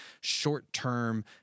short-term